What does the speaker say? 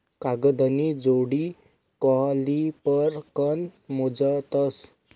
कागदनी जाडी कॉलिपर कन मोजतस